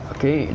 Okay